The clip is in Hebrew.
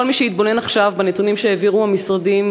כל מי שהתבונן עכשיו בנתונים שהעבירו המשרדים